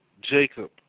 Jacob